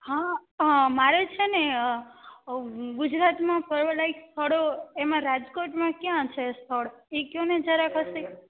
હા મારે છે ને ગુજરાતમાં ફરવાલાયક સ્થળો એમાં રાજકોટમાં ક્યાં છે સ્થળ એ કહો ને જરાક સી